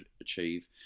achieve